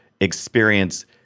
experience